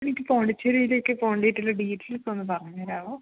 എനിക്ക് പോണ്ടിച്ചേരിയിലേക്ക് പോകേണ്ടിയിട്ടുള്ള ഡീറ്റെയ്ൽസ് ഒന്ന് പറഞ്ഞെു തരാമോ